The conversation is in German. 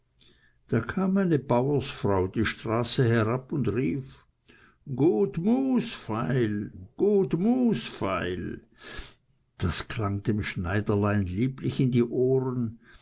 da kam eine bauersfrau die straße herab und rief gut mus feil gut mus feil das klang dem schneiderlein lieblich in die ohren